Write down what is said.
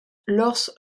lors